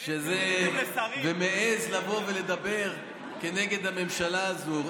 והוא מעז לבוא ולדבר כנגד הממשלה הזאת.